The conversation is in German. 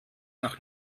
nach